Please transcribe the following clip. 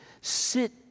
sit